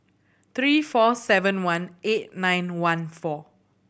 three four seven one eight nine one four